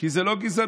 כי זה לא גזענות.